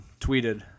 tweeted